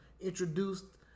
introduced